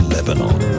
Lebanon